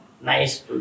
Nice